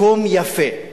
מקום יפה.